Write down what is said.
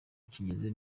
kigeze